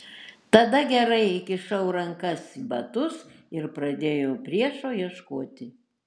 tada gerai įkišau rankas į batus ir pradėjau priešo ieškoti